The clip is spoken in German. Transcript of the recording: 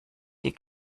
die